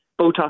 Botox